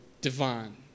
divine